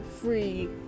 free